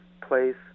place